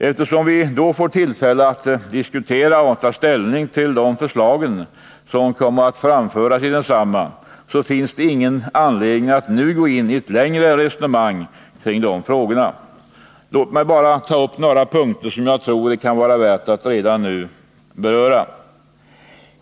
Eftersom vi då får tillfälle att diskutera och ta ställning till åtgärder på detta område, finns det ingen anledning att nu gå in i ett längre resonemang kring dessa frågor. Låt mig bara ta upp några punkter, som jag tror att det kan vara värt att redan nu beröra.